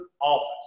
office